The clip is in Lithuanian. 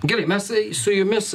gerai mes su jumis